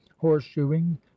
horseshoeing